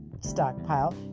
stockpile